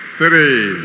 three